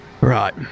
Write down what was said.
Right